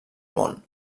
món